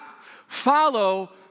Follow